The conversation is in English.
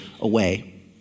away